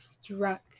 struck